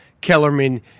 Kellerman